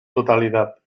totalidad